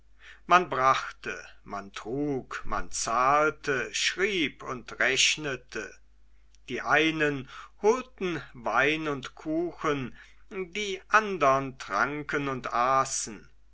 man brachte man trug man zahlte schrieb und rechnete die einen holten wein und kuchen die andern tranken und aßen